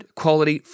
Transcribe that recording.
quality